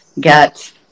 get